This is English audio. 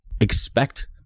expect